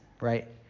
right